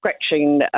scratching